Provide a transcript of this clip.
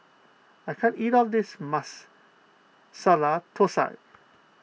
I can't eat all of this Masala Thosai